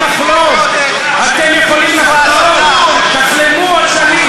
חברי הכנסת, אני מבקשת לאפשר לשר לומר את דבריו.